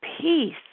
peace